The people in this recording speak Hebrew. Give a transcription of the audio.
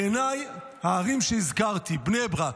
בעיניי, הערים שהזכרתי, בני ברק,